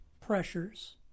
pressures